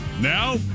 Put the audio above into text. Now